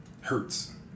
hurts